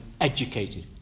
educated